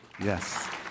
yes